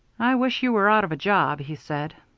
i wish you were out of a job, he said.